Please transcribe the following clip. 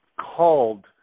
called